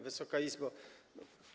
Wysoka Izbo!